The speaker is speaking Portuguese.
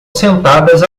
sentadas